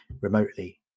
remotely